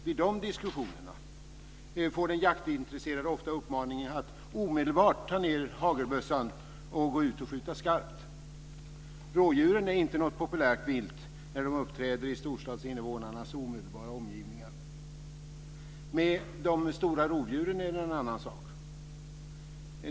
Vid de diskussionerna får den jaktintresserade ofta uppmaningen att omedelbart ta ned hagelbössan och gå ut och skjuta skarpt. Rådjuren är inte något populärt vilt när de uppträder i storstadsinvånarnas omedelbara omgivningar. Det är en annan sak med de stora rovdjuren.